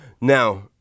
Now